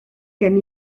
gen